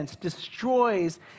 destroys